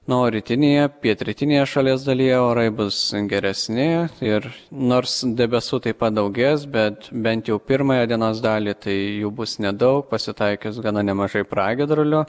na o rytinėje pietrytinėje šalies dalyje orai bus geresni ir nors debesų taip pat daugės bet bent jau pirmąją dienos dalį tai jų bus nedaug pasitaikys gana nemažai pragiedrulių